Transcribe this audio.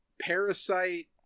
parasite